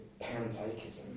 panpsychism